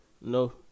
No